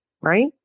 right